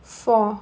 four